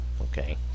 Okay